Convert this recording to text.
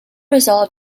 result